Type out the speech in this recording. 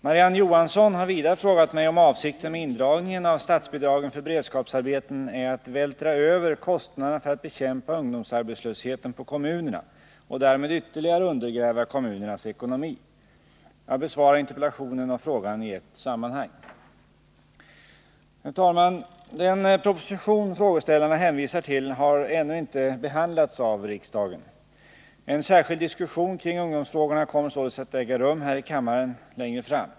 Marie-Ann Johansson har vidare frågat mig om avsikten med indragningen av statsbidragen för beredskapsarbeten är att vältra över kostnaderna för att bekämpa ungdomsarbetslösheten på kommunerna och därmed ytterligare undergräva kommunernas ekonomi. Jag besvarar interpellationen och frågan i ett sammanhang. Herr talman! Den proposition frågeställarna hänvisar till har ännu inte behandlats av riksdagen. En särskild diskussion kring ungdomsfrågorna kommer således att äga rum här i kammaren längre fram.